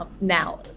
Now